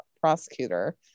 prosecutor